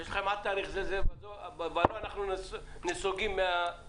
יש לכם עד תאריך מסוים, ולא אנחנו נסוגים מהמתווה.